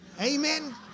amen